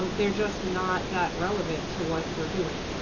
um they're just not that relevant to what we're doing.